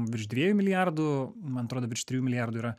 virš dviejų milijardų man atrodo virš trijų milijardų yra